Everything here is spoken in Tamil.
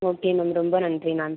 ஓகே மேம் ரொம்ப நன்றி மேம்